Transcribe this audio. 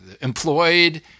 employed